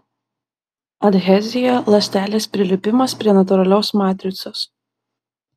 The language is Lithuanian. adhezija ląstelės prilipimas prie natūralios matricos